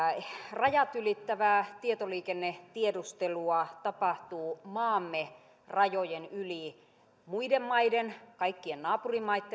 rajat ylittävää tietoliikennetiedustelua tapahtuu maamme rajojen yli muiden maiden kaikkien naapurimaittemme viranomaisten